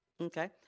Okay